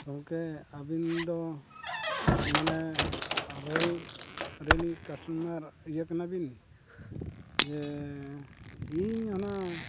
ᱜᱚᱝᱠᱮ ᱟᱹᱵᱤᱱ ᱫᱚ ᱢᱟᱱᱮ ᱨᱮᱞ ᱨᱤᱱᱤᱡ ᱠᱟᱥᱴᱚᱢᱟᱨ ᱤᱭᱟᱹ ᱠᱟᱱᱟᱵᱤᱱ ᱡᱮ ᱤᱧ ᱚᱱᱟ